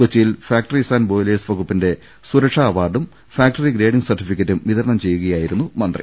കൊച്ചിയിൽ factories and boilers വകൂപ്പിന്റെ സുരക്ഷ അവാർഡും ഫാക്ടറി ഗ്രേഡിങ്ങ് സർട്ടിഫിക്കറ്റും വിതരണം ചെയ്ത് സംസാരിക്കുയായിരുന്നു മന്ത്രി